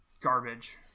garbage